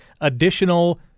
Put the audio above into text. additional